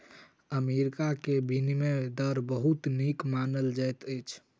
America के विनिमय दर बहुत नीक मानल जाइत अछि